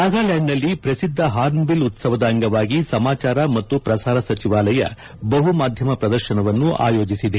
ನಾಗಾಲ್ಕಾಂಡ್ನಲ್ಲಿ ಪ್ರಸಿದ್ಧ hornbill ಉತ್ಸವದ ಅಂಗವಾಗಿ ಸಮಾಚಾರ ಮತ್ತು ಪ್ರಸಾರ ಸಚಿವಾಲಯ ಬಹುಮಾಧ್ಯಮ ಶ್ರದರ್ಶನವನ್ನು ಆಯೋಜಿಸಿದೆ